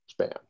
spam